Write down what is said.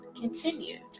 Continued